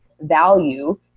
value